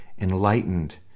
enlightened